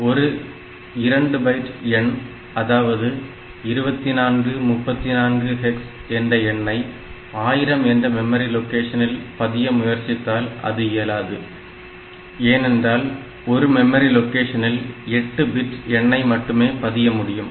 ஒரு 2 பைட் எண் அதாவது 2434 hex என்ற எண்ணை 1000 என்ற மெமரி லொகேஷனில் பதிய முயற்சித்தால் அது இயலாது ஏனென்றால் ஒரு மெமரி லொகேஷனில் 8 பிட் எண்ணை மட்டுமே பதிய முடியும்